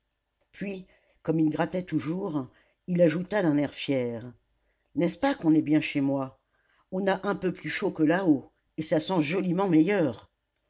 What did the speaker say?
puis comme il grattait toujours il ajouta d'un air fier n'est-ce pas qu'on est bien chez moi on a un peu plus chaud que là-haut et ça sent joliment meilleur